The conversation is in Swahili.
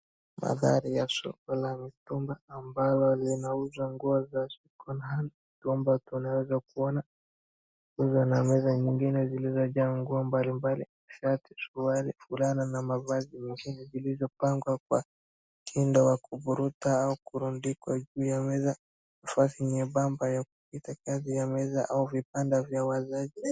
Mandhari ya soko la mitumba ambalo linauzwa nguo za second hand ambazo zinatolewa na kuona, kuna meza ingine iliyojazwa nguo mbalimabli, shati, suruali, fulana na mavazi zingine zilizopangwa kwa tendo la kuvuruta au kurundikwa juu ya meza, nafasi nyembamba ya kupita katikati ya meza au vibanda vya wauzaji.